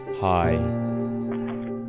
hi